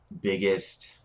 biggest